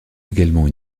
également